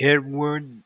Edward